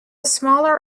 smaller